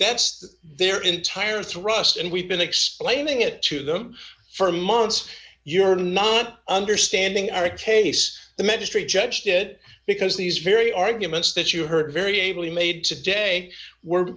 that's the their entire thrust and we've been explaining it to them for months you're not understanding our case the meditate judged it because these very arguments that you heard very ably made today were